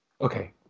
Okay